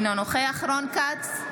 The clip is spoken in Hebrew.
אינו נוכח רון כץ,